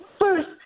first